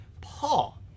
Paul